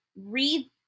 read